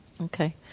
Okay